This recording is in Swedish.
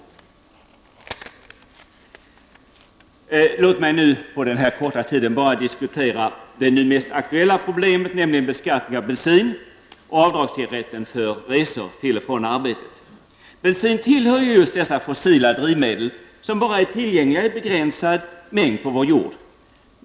Låt mig på denna korta tid bara diskutera det nu mest aktuella problemet, nämligen beskattningen av bensin och avdragsrätten för resor till och från arbetet. Bensin tillhör dessa fossila drivmedel som bara är tillgängliga i begränsad mängd på vår jord.